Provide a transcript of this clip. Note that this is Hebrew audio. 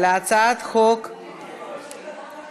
חבר הכנסת אחמד טיבי,